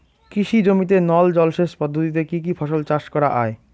কৃষি জমিতে নল জলসেচ পদ্ধতিতে কী কী ফসল চাষ করা য়ায়?